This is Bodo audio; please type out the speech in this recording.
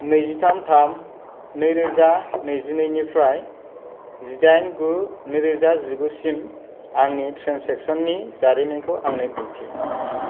नैजिथाम थाम नैरोजा नैजिनै निफ्राय जिदाइन गु नैरोजा जिगु सिम आंनि ट्रेन्जेकसननि जारिमिनखौ आंनो दिन्थि